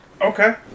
Okay